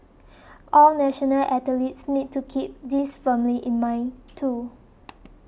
all national athletes need to keep this firmly in mind too